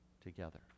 together